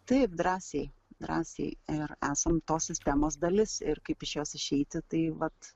taip drąsiai drąsiai ir esam tos sistemos dalis ir kaip iš jos išeiti tai vat